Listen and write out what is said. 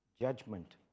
judgment